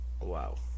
Wow